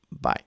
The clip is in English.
Bye